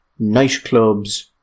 nightclubs